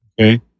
Okay